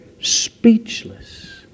speechless